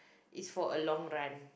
is for a long run